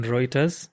Reuters